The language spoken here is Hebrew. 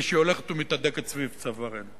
ושהיא הולכת ומתהדקת סביב צווארנו.